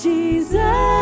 Jesus